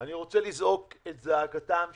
האם אנחנו רוצים לבנות את התשתיות